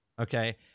Okay